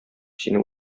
сине